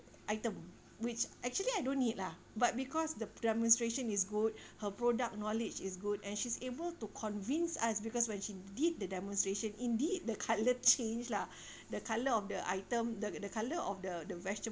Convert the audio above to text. item which actually I don't need lah but because the demonstration is good her product knowledge is good and she's able to convince us because when she did the demonstration indeed the colour changed lah the colour of the item the the colour of the the vege~